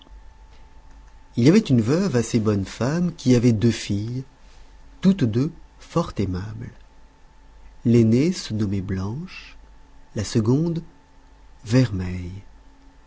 il y avait une veuve assez bonne femme qui avait deux filles toutes deux fort aimables l'aînée se nommait blanche la seconde vermeille